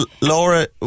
Laura